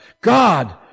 God